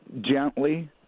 gently